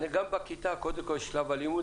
גם בכיתה קודם כול יש את שלב הלימוד,